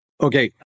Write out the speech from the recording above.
Okay